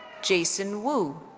jason wu.